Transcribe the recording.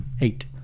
eight